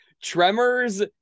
Tremors